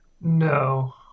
No